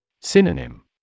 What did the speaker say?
Synonym